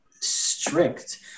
strict